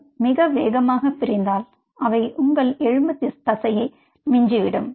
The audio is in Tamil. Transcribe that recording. அவை மிக வேகமாகப் பிரிந்தால் அவை உங்கள் எலும்புத் தசையை மிஞ்சும்